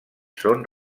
són